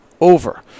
over